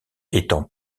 étant